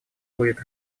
будет